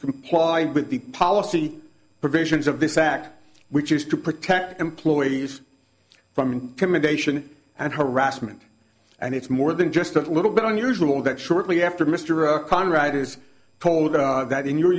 comply with the policy provisions of this act which is to protect employees from an immigration and harassment and it's more than just a little bit unusual that shortly after mr conrad is told that in your